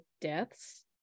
deaths